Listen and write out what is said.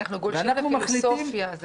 אנחנו גולשים לפילוסופיה.